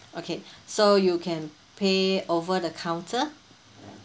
okay so you can pay over the counter